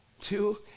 two